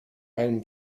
einen